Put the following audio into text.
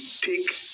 take